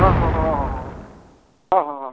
ହଁ ହଁ ହଁ ହଁ ହଁ ହଁ ହଁ ହଁ